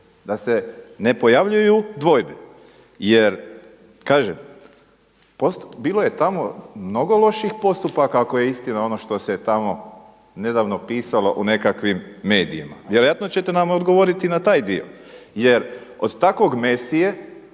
da se ne pojavljuju dvojbe. Jer kažem bilo je tamo mnogo lošijih postupaka ako je istina ono što se tamo nedavno pisalo u nekakvim medijima, vjerojatno ćete nam odgovoriti i na taj dio. Jer od takvog Mesije